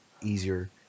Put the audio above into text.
easier